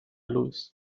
louise